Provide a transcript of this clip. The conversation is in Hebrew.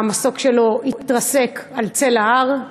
המסוק שלו התרסק על צלע הר.